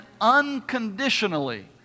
unconditionally